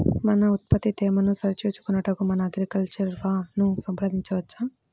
మన ఉత్పత్తి తేమను సరిచూచుకొనుటకు మన అగ్రికల్చర్ వా ను సంప్రదించవచ్చా?